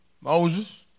Moses